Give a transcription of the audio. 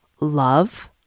love